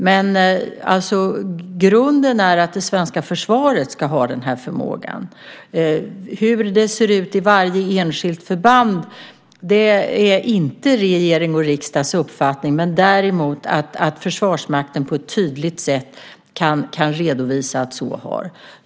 Men grunden är att det svenska försvaret ska ha den här förmågan. Hur det ser ut i varje enskilt förband är inte upp till regering och riksdag att ha en uppfattning om, men däremot att Försvarsmakten på ett tydligt sätt kan redovisa detta.